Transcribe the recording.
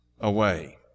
away